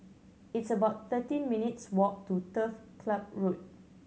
it's about thirteen minutes' walk to Turf Club Road